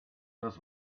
das